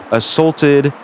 assaulted